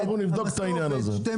נבדוק את זה.